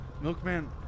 Milkman